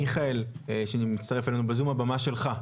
מיכאל, הבמה שלך.